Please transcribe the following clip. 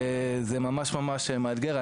אז זה ממש ממש מאתגר.